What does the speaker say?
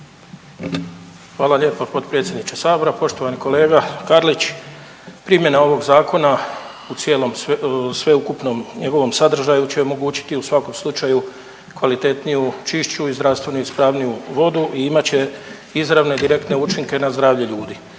Hvala lijepa potpredsjedniče Sabora. Poštovani kolega Karlić. Primjena ovog zakona u cijelom u sveukupnom njegovom sadržaju će omogućiti u svakom slučaju kvalitetniju, čišću i zdravstveno ispravniju vodu i imate će izravne direktne učinke na zdravlje ljudi.